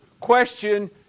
Question